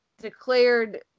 declared